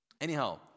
Anyhow